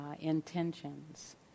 intentions